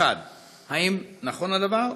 1. האם נכון הדבר?